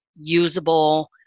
usable